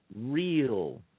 real